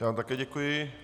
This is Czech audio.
Já vám také děkuji.